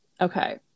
okay